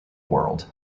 world